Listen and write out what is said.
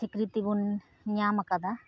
ᱥᱤᱠᱨᱤᱛᱤᱵᱚᱱ ᱧᱟᱢ ᱟᱠᱟᱫᱟ